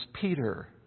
Peter